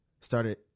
started